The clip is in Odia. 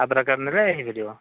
ଆଧାର କାର୍ଡ୍ ନେଲେ ହୋଇପାରିବ